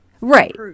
Right